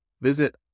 Visit